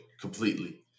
completely